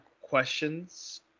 questions